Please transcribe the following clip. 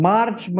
March